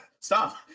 stop